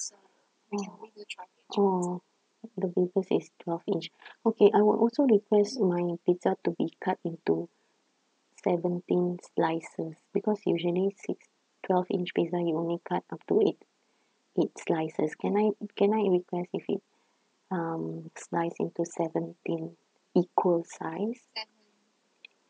oh oh the biggest is twelve inch okay I will also request my pizza to be cut into seventeen slices because usually six twelve inch pizza you only cut up to eight eight slices can I can I request if it's um sliced into seventeen equal size